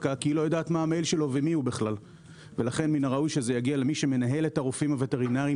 התקנות